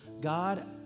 God